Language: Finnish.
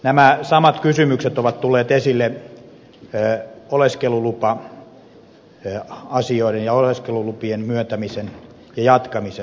nämä samat kysymykset ovat tulleet esille oleskelulupa asioiden ja oleskelulupien myöntämisen ja jatkamisen yhteydessä